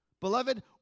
Beloved